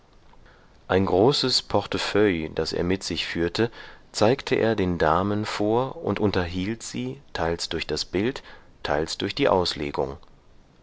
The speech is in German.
ein großes portefeuille das er mit sich führte zeigte er den damen vor und unterhielt sie teils durch das bild teils durch die auslegung